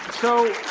so